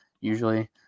usually